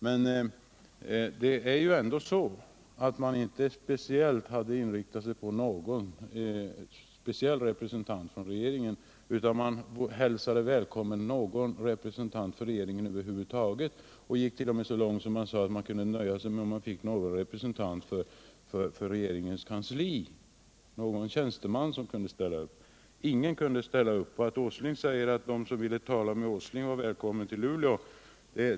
Men det var ändå så att man inte hade inriktat sig på någon speciell representant från regeringen, utan man hälsade välkommen någon representant för regeringen över huvud taget. Man gick t.o.m. så långt att man sade att man kunde nöja sig med att någon representant för regeringens kansli — någon tjänsteman — skulle ställa upp. Ingen kunde ställa upp. Herr Åsling säger att de som ville tala med honom var välkomna till Luleå.